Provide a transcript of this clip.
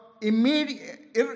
immediate